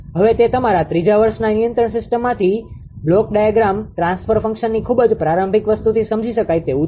હવે તે તમારા ત્રીજા વર્ષનાં નિયંત્રણ સિસ્ટમમાંથી બ્લોક ડાયાગ્રામ ટ્રાન્સફર ફંક્શનની ખૂબ જ પ્રારંભિક વસ્તુથી સમજી શકાય તેવું છે